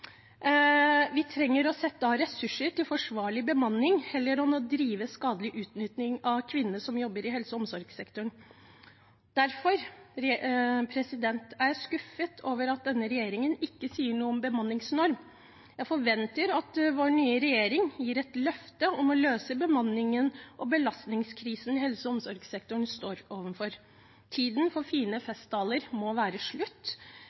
Vi trenger å sette av ressurser til forsvarlig bemanning, heller enn å drive skadelig utnytting av kvinnene som jobber i helse- og omsorgssektoren. Derfor er jeg skuffet over at denne regjeringen ikke sier noe om bemanningsnorm. Jeg forventer at vår nye regjering gir et løfte om å løse bemannings- og belastningskrisen helse- og omsorgssektoren står overfor. Tiden for fine festtaler må være slutt.